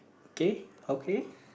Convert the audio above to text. K okay